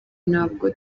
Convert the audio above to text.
ntabwo